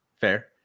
fair